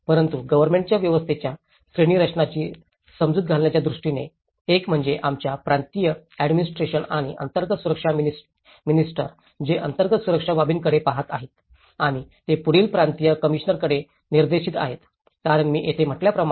परंतु गव्हर्नमेंटच्या व्यवस्थेच्या श्रेणीरचनाची समजूत घालण्याच्या दृष्टीने एक म्हणजे आमच्या प्रांतिक ऍडमिनिस्ट्रेशन आणि अंतर्गत सुरक्षा मिनिस्टर ते अंतर्गत सुरक्षा बाबींकडे पहात आहेत आणि ते पुढील प्रांतीय कमिशनरकडे निर्देशित आहेत कारण मी तेथे म्हटल्याप्रमाणे